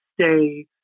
stay